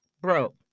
Bro